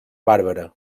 bàrbara